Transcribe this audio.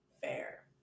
Fair